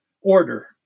order